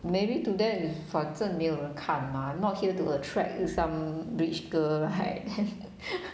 maybe to them is 反正没有人看 mah not here to attract some rich girl right